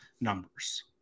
numbers